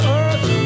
earth